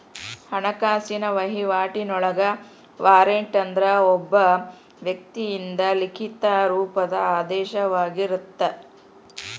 ಹಣಕಾಸಿನ ವಹಿವಾಟಿನೊಳಗ ವಾರಂಟ್ ಅಂದ್ರ ಒಬ್ಬ ವ್ಯಕ್ತಿಯಿಂದ ಲಿಖಿತ ರೂಪದ ಆದೇಶವಾಗಿರತ್ತ